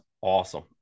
awesome